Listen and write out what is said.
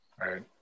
Right